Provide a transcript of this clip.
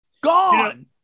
Gone